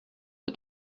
her